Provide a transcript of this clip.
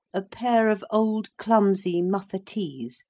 a pair of old clumsy muffetees,